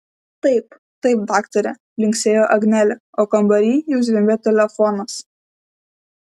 taip taip daktare linksėjo angelė o kambary jau zvimbė telefonas